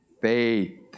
faith